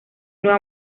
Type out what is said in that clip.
nueva